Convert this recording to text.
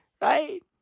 Right